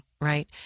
Right